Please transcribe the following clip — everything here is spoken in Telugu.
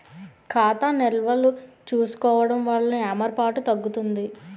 ఖాతా నిల్వలు చూసుకోవడం వలన ఏమరపాటు తగ్గుతుంది